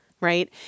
right